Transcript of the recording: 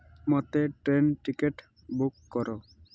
ମୋତେ train ticket book କର